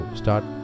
start